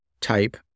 type